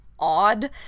odd